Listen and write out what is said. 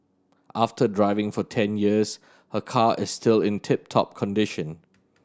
after driving for ten years her car is still in tip top condition